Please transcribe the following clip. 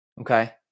Okay